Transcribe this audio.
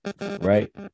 Right